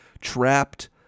Trapped